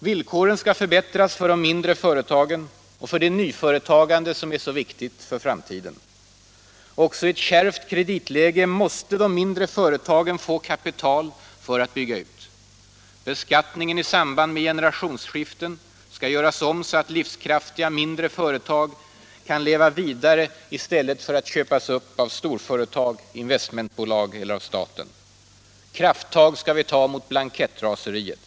Villkoren skall förbättras för de mindre företagen och för det nyföretagande som är så viktigt för framtiden. Också i ett kärvt kreditläge måste de mindre företagen få kapital för att bygga ut. Beskattningen i samband med generationsskiften skall göras om så att livskraftiga mindre företag kan leva vidare i stället för att köpas upp av storföretag, investmentbolag eller av staten. Krafttag skall vi ta mot blankettraseriet.